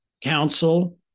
council